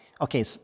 okay